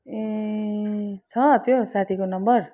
ए छ त्यो साथीको नम्बर